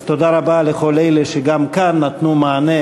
אז תודה רבה לכל אלה שנתנו גם כאן מענה